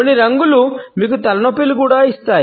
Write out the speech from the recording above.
కొన్ని రంగులు మీకు తలనొప్పిని కూడా ఇస్తాయి